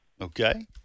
Okay